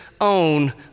own